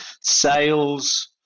sales